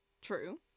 True